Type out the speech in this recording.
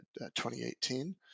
2018